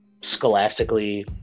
scholastically